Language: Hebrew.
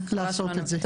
לעשות את זה.